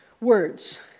words